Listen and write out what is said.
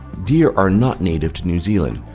deer are not native to new zealand,